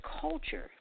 culture